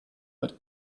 but